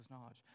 knowledge